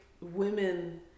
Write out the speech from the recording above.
women